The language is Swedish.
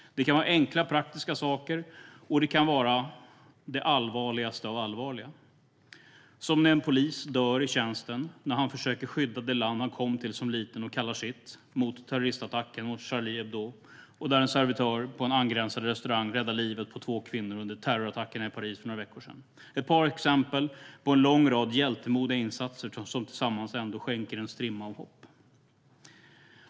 Det kan vara enkla praktiska saker, och det kan vara det allvarligaste av allvarliga. Det kan vara när en polis dör i tjänsten, när han försöker skydda det land han kom till som liten och kallar sitt, mot terroristattacken mot Charlie Hebdo och när en servitör på en angränsande restaurang räddar livet på två kvinnor under terrorattackerna i Paris för några veckor sen. Det är ett par exempel på en lång rad hjältemodiga insatser som tillsammans ändå skänker en strimma av hopp.